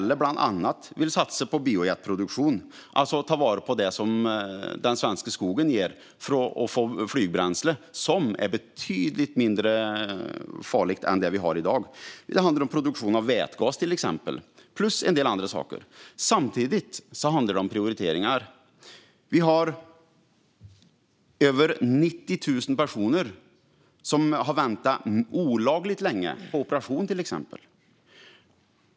Vi vill i stället satsa på bland annat bioproduktion, alltså att ta vara på det som den svenska skogen ger för att få flygbränsle som är betydligt mindre farligt än det vi har i dag. Det handlar om produktion av till exempel vätgas plus en del andra saker. På samma gång handlar det om prioriteringar. Över 90 000 personer har väntat olagligt länge på operation.